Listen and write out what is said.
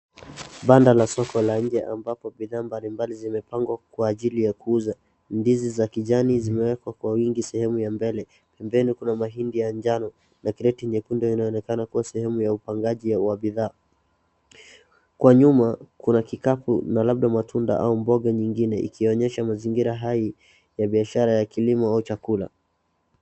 Banda la soko la nje ambapo bidhaa mbalimbali zimepangwa kwa ajili ya kuuza. Ndizi za kijani zimewekwa kwa wingi sehemu ya mbele, pembeni kuna mahindi ya njano na kreti nyekundu inaonekana kuwa sehemu ya upangaji wa bidhaa. Kwa nyuma kuna kikapu na labda matunda na mboga nyingine ikionyesha mazingira hai ya biashara ya kilimo au chakula.